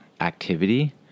activity